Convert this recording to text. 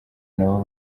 nabo